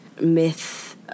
myth